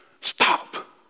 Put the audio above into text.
Stop